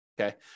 okay